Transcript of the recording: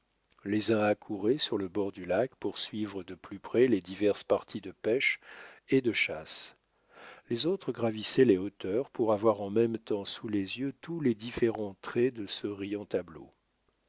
les uns accouraient sur le bord du lac pour suivre de plus près les diverses parties de pêche et de chasse les autres gravissaient les hauteurs pour avoir en même temps sous les yeux tous les différents traits de ce riant tableau